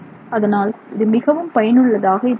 அதனால் இது மிகவும் பயனுள்ளதாக இருக்கிறது